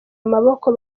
amaboko